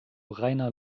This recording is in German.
reiner